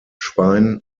schwein